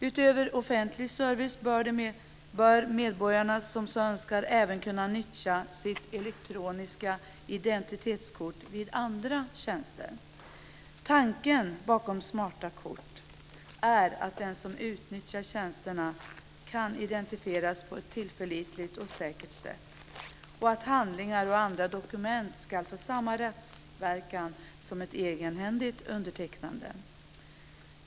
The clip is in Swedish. Utöver offentlig service bör de medborgare som så önskar även kunna nyttja sitt elektroniska identitetskort för andra tjänster. Tanken bakom smarta kort är att den som utnyttjar tjänsterna kan identifieras på ett tillförlitligt och säkert sätt och att handlingar och andra dokument ska få samma rättsverkan som ett egenhändigt undertecknande.